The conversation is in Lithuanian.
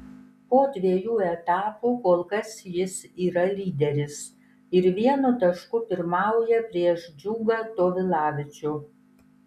po dviejų etapų kol kas jis yra lyderis ir vienu tašku pirmauja prieš džiugą tovilavičių